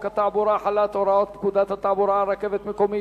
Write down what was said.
התעבורה (החלת הוראות פקודת התעבורה על רכבת מקומית,